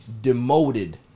demoted